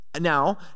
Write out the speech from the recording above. Now